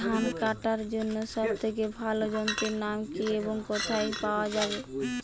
ধান কাটার জন্য সব থেকে ভালো যন্ত্রের নাম কি এবং কোথায় পাওয়া যাবে?